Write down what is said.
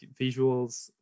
visuals